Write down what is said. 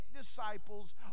disciples